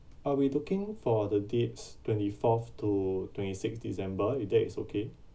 uh we looking for the dates twenty fourth to twenty sixth december if that is okay